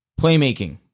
Playmaking